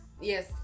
Yes